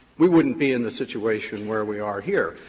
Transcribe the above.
we wouldn't be in the situation where we are here.